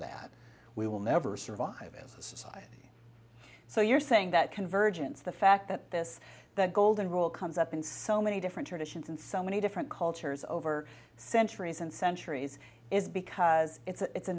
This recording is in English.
that we will never survive as a society so you're saying that convergence the fact that this golden rule comes up in so many different traditions in so many different cultures over centuries and centuries is because it's a